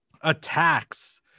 attacks